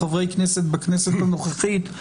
חברי כנסת בכנסת הנוכחית,